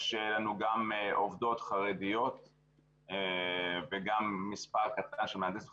יש לנו גם עובדות חרדיות וגם מספר קטן של מהנדסים חרדים,